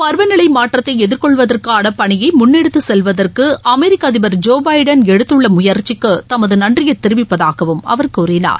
பருவநிலைமாற்றத்தைஎதிர்கொள்வதற்கானபணியைமுன்னெடுத்துசெல்வதற்கு அமெரிக்க அதிபர் ஜோபைடனஎடுத்துள்ளமுயற்சிக்குதமதுநன்றியைதெரிவிப்பதாகவும் அவர் கூறினார்